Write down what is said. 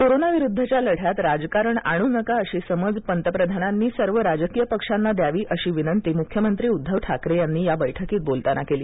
Covid लढ्यात राजकारण आणू नका अशी समज पंतप्रधानांनी सर्व राजकीय पक्षांना द्यावी अशी विनंती मूख्यमंत्री उद्धव ठाकरे यांनी या बैठकीत बोलताना केली